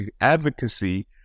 advocacy